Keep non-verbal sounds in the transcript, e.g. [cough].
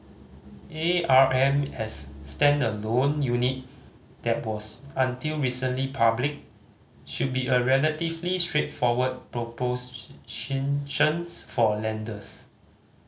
A R M as standalone unit that was until recently public should be a relatively straightforward [unintelligible] for lenders